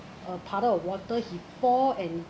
a puddle of water he fall and